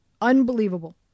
Unbelievable